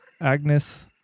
Agnes